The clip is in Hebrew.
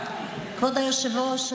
כבוד היושב-ראש,